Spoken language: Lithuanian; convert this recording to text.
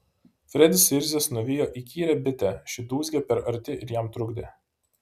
fredis suirzęs nuvijo įkyrią bitę ši dūzgė per arti ir jam trukdė